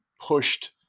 pushed